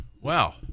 Wow